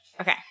Okay